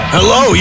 Hello